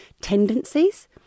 tendencies